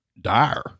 dire